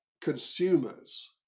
consumers